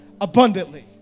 abundantly